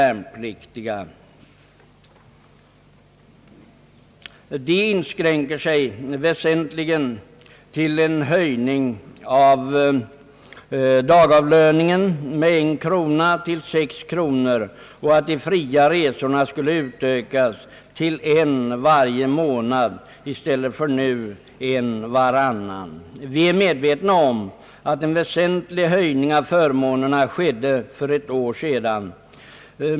De inskränker sig väsentligen till en höjning av dagavlöningen med en krona till sex kronor. De fria resorna skulle utökas till en varje månad i stället för som nu en varannan. Vi är medvetna om att en väsentlig höjning av förmånerna skedde för ett år sedan.